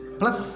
plus